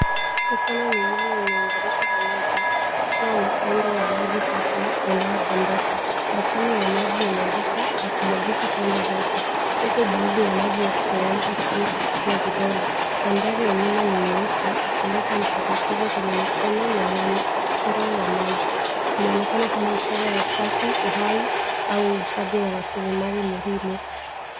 Mikono miwili imeunganishwa pamoja ikipokea mkondo wa maji safi yanayodondoka Matone ya maji yanaruka na kumwagika pande zote huku baadhi ya maji yakiteremka chini kupitia vidole. Mandhari ya nyuma ni nyeusi ikileta msisitizo kwenye mkono na mwendo wa maji. Inaonekana kama ishara ya usafi, uhai au hifadhi ya rasilimali muhimu.